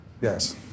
Yes